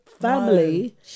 family